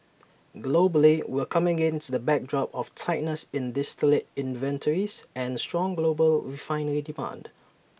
globally we're coming against the backdrop of tightness in distillate inventories and strong global refinery demand